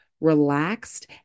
relaxed